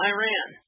Iran